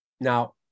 now